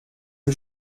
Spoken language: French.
que